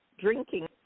drinking